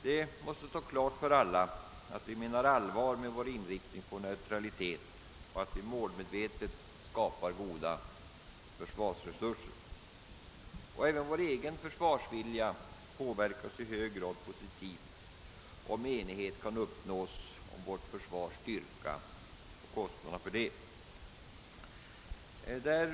Det måste stå klart för alla, att vi menar allvar med vår inriktning på neutralitet och att vi målmedvetet skapar goda försvarsresurser. Vår egen försvarsvilja påverkas också i hög grad positivt om enighet kan uppnås om vårt försvars styrka och kostnaderna härför.